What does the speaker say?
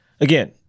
Again